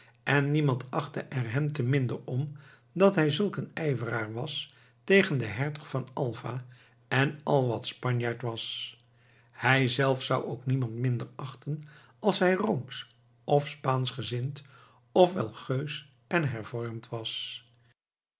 en niemand achtte er hem te minder om dat hij zulk een ijveraar was tegen den hertog van alva en al wat spanjaard was hijzelf zou ook niemand minder achten als hij roomsch of spaanschgezind of wel geus en hervormd was